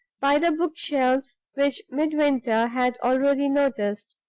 by the book-shelves which midwinter had already noticed.